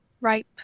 ripe